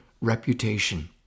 reputation